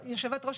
יושבת-ראש